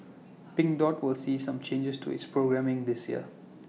pink dot will see some changes to its programming this year